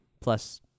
Plus